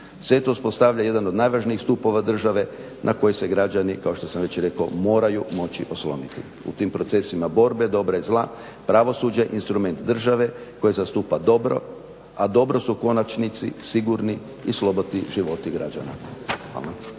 to uspostavlja jedan od najvažnijih stupova države na koju se građani kao što sam već rekao moraju moći osloniti. U tim procesima borbe dobra i zla pravosuđe je instrument države koje zastupa dobro, a dobro su u konačnici sigurni i slobodni životi građana.